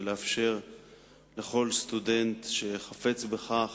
ולאפשר לכל סטודנט שחפץ בכך